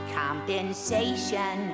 compensation